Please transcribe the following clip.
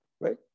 right